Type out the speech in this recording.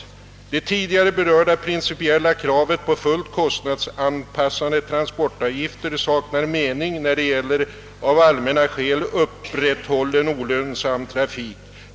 Vidare heter det: »Det tidigare berörda principiella kravet på fullt kostnadsanpassade transportavgifter saknar mening när det gäller av allmänna skäl upprätthållen, olönsam trafik.